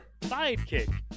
sidekick